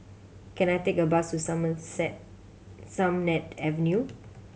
can I take a bus to Some Set Sennett Avenue